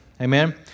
Amen